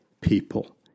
people